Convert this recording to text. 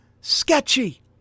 Sketchy